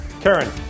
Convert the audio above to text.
Karen